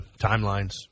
timelines